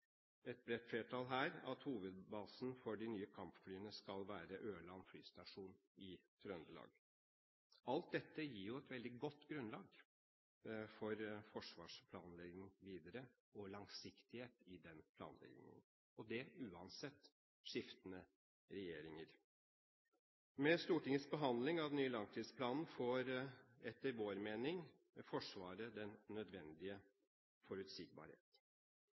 Et bredt flertall her støtter at hovedbasen for de nye kampflyene skal være Ørland flystasjon i Trøndelag. Alt dette gir jo et veldig godt grunnlag for forsvarsplanlegging videre – også for langsiktighet i den planleggingen – uansett skiftende regjeringer. Med Stortingets behandling av den nye langtidsplanen får Forsvaret etter vår mening den nødvendige forutsigbarhet.